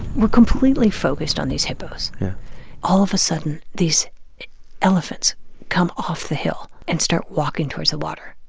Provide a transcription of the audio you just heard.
we're completely focused on these hippos yeah all of a sudden, these elephants come off the hill and start walking towards the water.